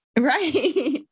Right